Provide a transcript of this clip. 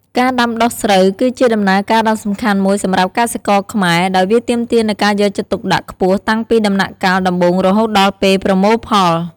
ការដាំដុះស្រូវគឺជាដំណើរការដ៏សំខាន់មួយសម្រាប់កសិករខ្មែរ ដោយវាទាមទារនូវការយកចិត្តទុកដាក់ខ្ពស់តាំងពីដំណាក់កាលដំបូងរហូតដល់ពេលប្រមូលផល។